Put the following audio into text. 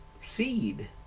seed